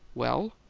well?